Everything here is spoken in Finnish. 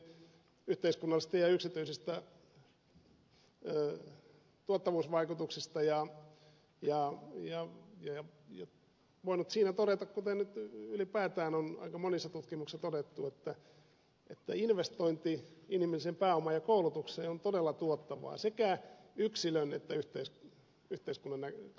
olen joskus tehnyt graduni koulutusinvestointien yhteiskunnallisista ja yksityisistä tuottavuusvaikutuksista ja voinut siinä todeta kuten nyt ylipäätään on aika monissa tutkimuksissa todettu että investointi inhimilliseen pääomaan ja koulutukseen on todella tuottavaa sekä yksilön että yhteiskunnan näkökulmasta